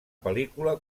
pel·lícula